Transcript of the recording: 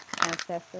ancestors